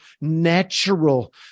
natural